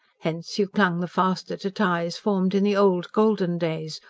hence you clung the faster to ties formed in the old, golden days,